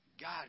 God